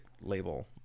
label